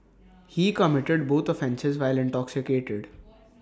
he committed both offences while intoxicated